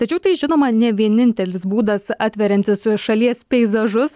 tačiau tai žinoma ne vienintelis būdas atveriantis šalies peizažus